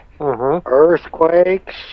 earthquakes